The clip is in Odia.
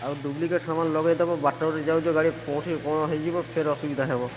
ଆଉ ଡୁପ୍ଲିକେଟ୍ ସାମାନ୍ ଲଗେଇଦେବ ବାଟରେ ଯାଉଛ ଗାଡ଼ି କୋଉଠି କ'ଣ ହେଇଯିବ ଫେର୍ ଅସୁବିଧା ହେବ